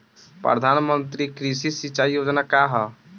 प्रधानमंत्री कृषि सिंचाई योजना का ह?